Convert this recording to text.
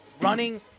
Running